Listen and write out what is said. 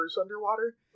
underwater